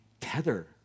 tether